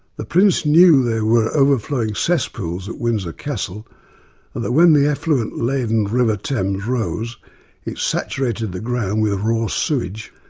the prince knew there were overflowing cess pools at windsor castle and that when the effluent laden river thames rose it saturated the ground with raw sewage.